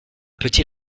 petit